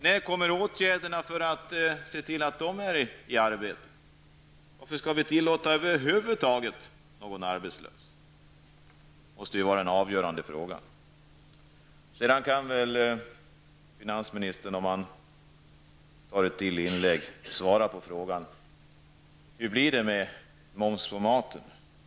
När kommer åtgärderna för att se till att de är i arbete? Varför skall vi över huvud taget tillåta att någon är arbetslös? Det måste ju vara den avgörande frågan. Finansministern kan väl, om han har något ytterligare inlägg, svara på frågan: Hur blir det med moms på maten?